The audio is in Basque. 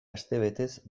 astebetez